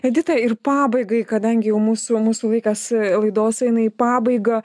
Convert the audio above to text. edita ir pabaigai kadangi jau mūsų mūsų laikas laidos eina į pabaigą